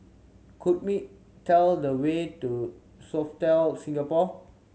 could me tell me the way to Sofitel Singapore